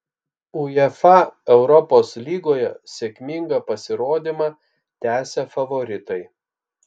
uefa europos lygoje sėkmingą pasirodymą tęsia favoritai